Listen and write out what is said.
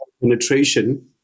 penetration